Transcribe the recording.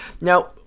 Now